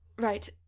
Right